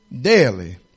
daily